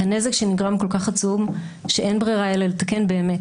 הנזק שנגרם כל כך עצום שאין ברירה, אלא לתקן באמת.